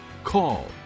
call